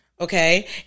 Okay